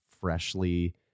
freshly